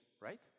right